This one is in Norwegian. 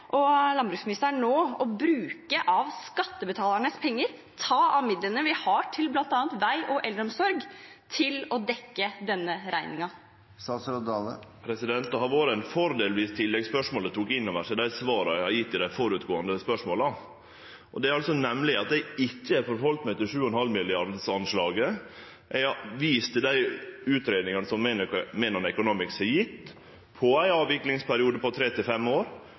og landbruksministeren nå å bruke av skattebetalernes penger og ta av midlene vi har til bl.a. vei og eldreomsorg, til å dekke denne regningen? Det hadde vore ein fordel viss tilleggsspørsmålet tok inn over seg dei svara eg har gjeve på dei føregåande spørsmåla. Det er nemleg at eg ikkje går ut ifrå 7,5 mrd. kr-anslaget. Eg har vist til dei utgreiingane som Menon Economics har gjeve med ein avviklingsperiode på tre til fem år.